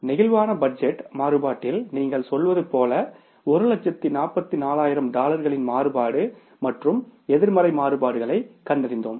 flexible budget மாறுபாட்டில் நீங்கள் சொல்வது போல 144000 டாலர்களின் மாறுபாடு மற்றும் எதிர்மறை மாறுபாடுகளைக் கண்டறிந்தோம்